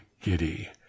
giddy